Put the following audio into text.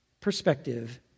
perspective